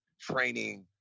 training